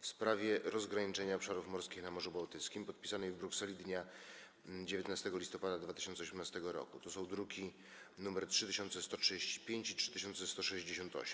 w sprawie rozgraniczenia obszarów morskich na Morzu Bałtyckim, podpisanej w Brukseli dnia 19 listopada 2018 r. (druki nr 3135 i 3168)